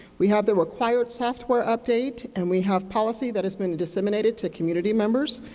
we have the required software update, and we have policy that has been disseminated to community members,